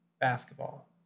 basketball